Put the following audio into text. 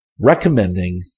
recommending